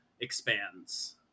expands